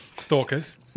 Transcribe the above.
stalkers